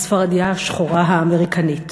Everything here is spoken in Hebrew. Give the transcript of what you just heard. הספרדייה השחורה האמריקנית: